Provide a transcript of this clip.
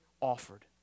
offered